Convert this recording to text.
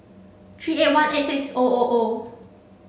three eight one eight six O O O